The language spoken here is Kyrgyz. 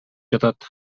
жатат